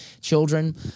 children